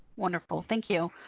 wonderful. thank you.